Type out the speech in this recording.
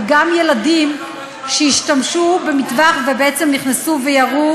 וגם ילדים שהשתמשו במטווח ובעצם נכנסו וירו,